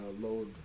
load